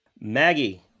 Maggie